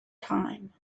time